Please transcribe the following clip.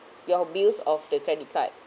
your bills of the credit card